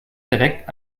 direkt